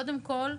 קודם כול,